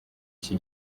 iki